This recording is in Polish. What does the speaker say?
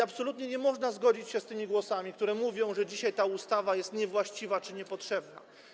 Absolutnie nie można zgodzić się z tymi głosami, które mówią, że dzisiaj ta ustawa jest niewłaściwa czy niepotrzebna.